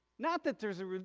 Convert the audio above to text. not that there's a.